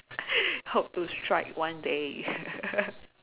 hope to strike one day